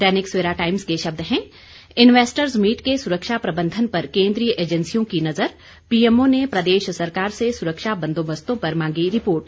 दैनिक Savera times के शब्द हैं इन्वेस्टर्स मीट के सुरक्षा प्रबंधन पर केन्द्रीय एजेंसियों की नजर पीएमओ ने प्रदेश सरकार से सुरक्षा बंदोबस्तों पर मांगी रिपोर्ट